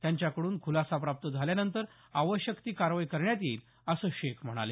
त्यांच्याकडून खुलासा प्राप्त झाल्यानंतर आवश्यक ती कारवाई करण्यात येईल असं शेख म्हणाले